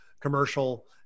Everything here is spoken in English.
commercial